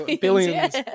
billions